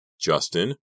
Justin